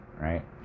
right